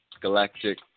Galactic